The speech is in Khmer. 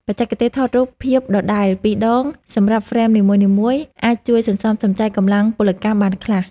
បច្ចេកទេសថតរូបភាពដដែលពីរដងសម្រាប់ហ្វ្រេមនីមួយៗអាចជួយសន្សំសំចៃកម្លាំងពលកម្មបានខ្លះ។